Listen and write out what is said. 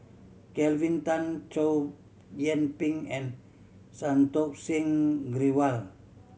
Kelvin Tan Chow Yian Ping and Santokh Singh Grewal